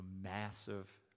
massive